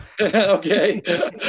okay